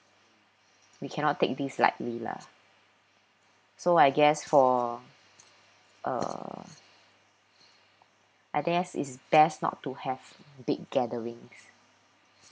we cannot take this lightly lah so I guess for uh I guess it's best not to have big gatherings